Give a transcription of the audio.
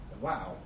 Wow